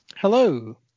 Hello